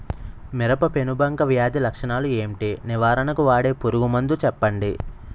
మిరప పెనుబంక వ్యాధి లక్షణాలు ఏంటి? నివారణకు వాడే పురుగు మందు చెప్పండీ?